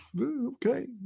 Okay